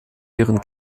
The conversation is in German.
ihren